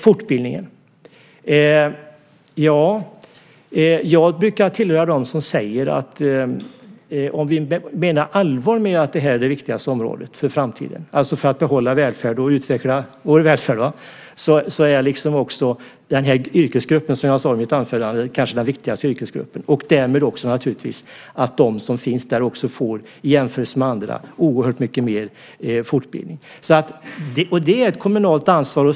Fortbildningen - ja, jag tillhör dem som brukar säga att om vi menar allvar med att det här är det viktigaste området för framtiden för att behålla och utveckla välfärden och att denna yrkesgrupp - som jag sade i mitt huvudanförande - kanske är den viktigaste yrkesgruppen, då måste de som finns inom den få i jämförelse med andra oerhört mycket mer fortbildning. Det är ett kommunalt ansvar.